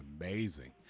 amazing